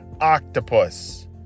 octopus